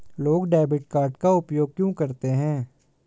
लोग debit card का उपयोग क्यों करते हैं?